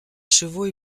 chevaux